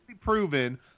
proven